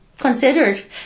considered